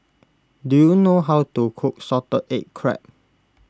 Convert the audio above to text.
do you know how to cook Salted Egg Crab